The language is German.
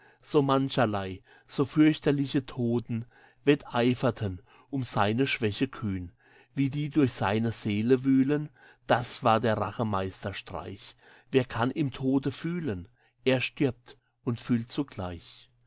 so mancherlei so fürchterliche toden wetteiferten um seine schwäche kühn wie die durch seine seele wühlen das war der rache meisterstreich wer kann im tode fühlen er stirbt und fühlt zugleich